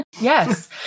Yes